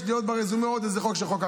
יש לי ברזומה עוד איזה חוק שחוקקנו.